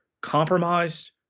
compromised